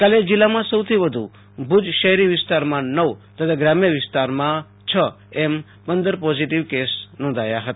ગઈકાલે જીલ્લામાં સૌથી વધુ ભુજ શહેરી વિસ્તારમાં નવ તથા ગ્રામ્ય વિસ્તારમાં છ એમ પંદર પોઝિટિવ કેસ નોંધાયા હતા